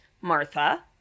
martha